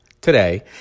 today